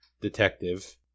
detective